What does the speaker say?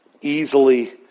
easily